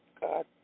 God